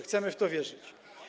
Chcemy w to wierzyć.